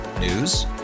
News